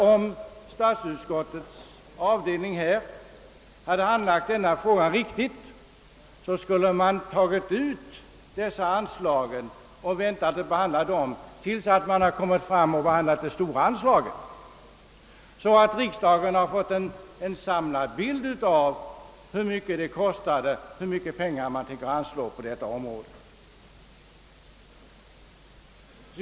Om statsutskottet hade handlagt denna fråga riktigt så skulle man ha brutit ut dessa punkter och väntat med att behandla dem tills man kommit fram till behandlingen av det stora anslaget, så att riksdagen hade fått en samlad bild av hur mycket pengar som anslås på detta område.